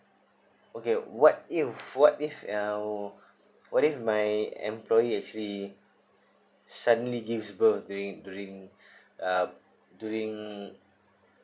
okay what if what if uh what if my employee actually suddenly gives birth during during uh during